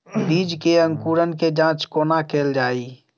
बीज केँ अंकुरण केँ जाँच कोना केल जाइ?